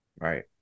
Right